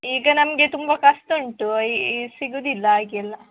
ಈಗ ನಮಗೆ ತುಂಬ ಕಷ್ಟ ಉಂಟು ಈ ಸಿಗೋದಿಲ್ಲ ಹಾಗೆಲ್ಲ